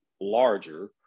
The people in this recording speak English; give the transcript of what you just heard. larger